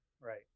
Right